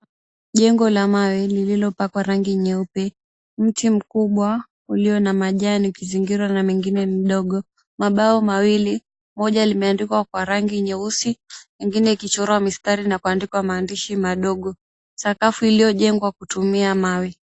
Jengo la mawe lililopakwa rangi nyeupe. Mti mkubwa ulio na majani ukizingirwa na mengine midogo. Mabao mawili, moja limeandikwa kwa rangi nyeusi, mengine ikichora mistari na kuandikwa maandishi madogo. Sakafu iliyojengwa kutumia mawe.